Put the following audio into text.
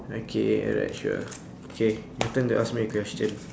okay alright sure okay your turn to ask me a question